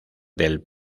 del